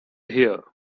here